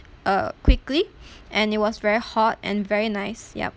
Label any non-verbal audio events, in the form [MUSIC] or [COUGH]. uh quickly [BREATH] and it was very hot and very nice yup